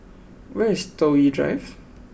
where is Toh Yi Drive